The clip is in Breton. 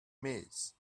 maez